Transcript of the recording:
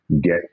get